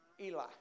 Eli